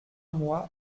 mois